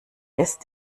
ist